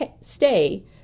stay